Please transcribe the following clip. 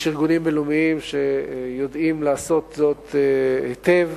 יש ארגונים בין-לאומיים שיודעים לעשות זאת היטב.